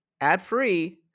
ad-free